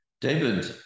David